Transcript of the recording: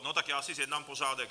No tak já si zjednám pořádek.